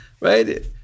Right